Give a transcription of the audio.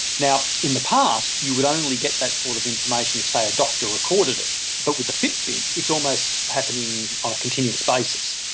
in the past, you would only get that sort of information if, say, a doctor recorded it, but with the fitbit it's almost happening on a continuous basis.